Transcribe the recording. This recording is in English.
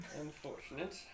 Unfortunate